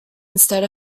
instead